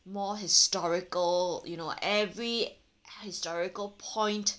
more historical you know every historical point